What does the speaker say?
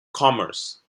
commerce